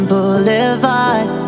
Boulevard